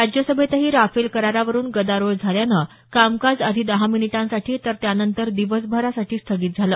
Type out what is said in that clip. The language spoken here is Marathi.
राज्यसभेतही राफेल करारावरून गदारोळ झाल्यानं कामकाज आधी दहा मिनिटांसाठी तर त्यानंतर दिवसभरासाठी स्थगित झालं